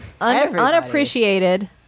Unappreciated